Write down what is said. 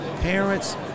Parents